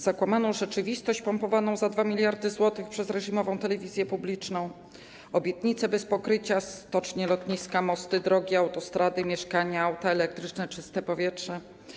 Zakłamaną rzeczywistość, pompowaną za 2 mld zł przez reżimową telewizję publiczną, obietnice bez pokrycia - stocznie, lotniska, mosty, drogi, autostrady, mieszkania, auta elektryczne, czyste powietrze.